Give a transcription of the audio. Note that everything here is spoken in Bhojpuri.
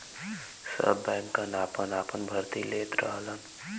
सब बैंकन आपन आपन भर्ती लेत रहलन